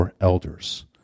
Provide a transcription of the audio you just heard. elders